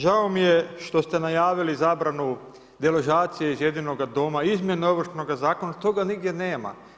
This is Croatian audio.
Žao mi je što ste najavili zabranu deložacije iz jedinoga doma, izmjene Ovršnoga zakona, toga nigdje nema.